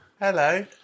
Hello